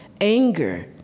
anger